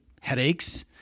headaches